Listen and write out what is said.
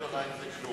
לא קרה עם זה כלום.